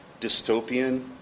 dystopian